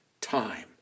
time